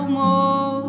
more